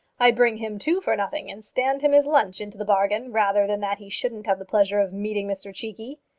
i'd bring him too for nothing, and stand him his lunch into the bargain, rather than that he shouldn't have the pleasure of meeting mr cheekey.